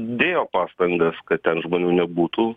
dėjo pastangas kad ten žmonių nebūtų